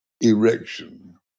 erection